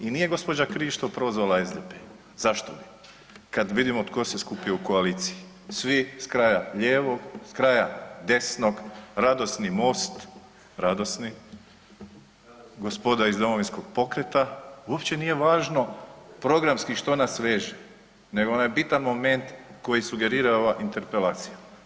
I nije gospođa Krišto prozvala SDP, zašto bi kad vidimo tko se skuplja u koaliciji, svi s kraja lijevog, s kraja desnog radosni MOST, radosni gospoda iz Domovinskog pokreta uopće nije važno programski što nas veže nego onaj bitan moment koji sugerira ova interpelacija.